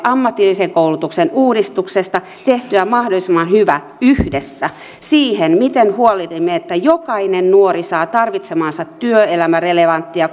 ammatillisen koulutuksen uudistuksesta tehtyä mahdollisimman hyvän yhdessä siihen miten huolehdimme että jokainen nuori saa tarvitsemaansa työelämärelevanttia